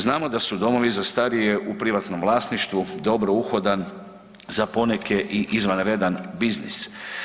Znamo da su domovi za starije u privatnom vlasništvu dobro uhodan za poneke i izvanredan biznis.